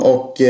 Och